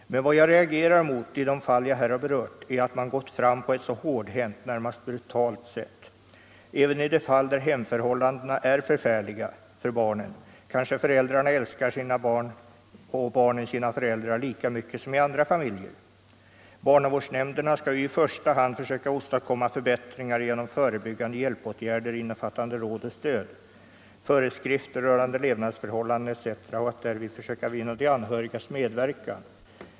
Men vad jag reagerar mot i de fall som jag här berört är, att man gått fram på ett så hårdhänt — närmast brutalt — sätt. Även i de fall där hemförhållandena är förfärliga för barnen kanske föräldrarna älskar sina barn och barnen sina föräldrar lika mycket som i andra familjer. Barnavårdsnämnderna skall ju i första hand försöka åstadkomma förbättringar genom förebyggande hjälpåtgärder innefattande råd och stöd, föreskrifter rörande levnadsförhållanden etc. och därvid försöka vinna de anhörigas medverkan.